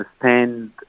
understand